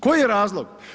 Koji je razlog?